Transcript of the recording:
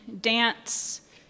dance